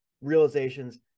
realizations